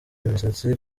imisatsi